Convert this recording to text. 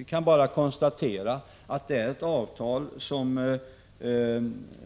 Vi kan bara konstatera att det rör sig om ett avtal som